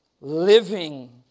Living